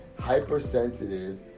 hypersensitive